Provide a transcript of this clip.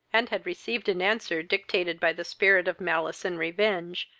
and had received an answer dictated by the spirit of malice and revenge,